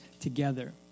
together